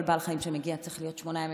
כל בעל חיים שמגיע צריך להיות שמונה ימים